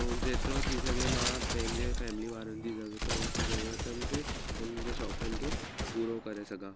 ऐं जेतिरो थी सघे मां पंहिंजे फैमिली वारनि जी ज़रूरत ज़रूरतनि खे हुननि जे शौक़नि खे पूरो करे सघां